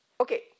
Okay